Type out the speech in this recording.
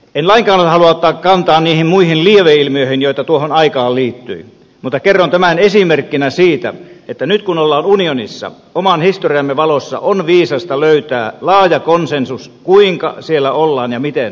en lainkaan halua ottaa kantaa niihin muihin lieveilmiöihin joita tuohon aikaan liittyi mutta kerron tämän esimerkkinä siitä että nyt kun ollaan unionissa oman historiamme valossa on viisasta löytää laaja konsensus kuinka siellä ollaan ja miten toimitaan